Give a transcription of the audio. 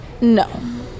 No